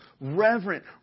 reverent